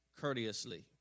courteously